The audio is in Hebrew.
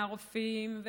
מהרופאים,